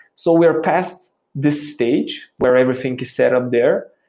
so we're past this stage where everything is setup there.